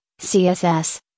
CSS